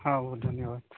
ହଁ ହଉ ଧନ୍ୟବାଦ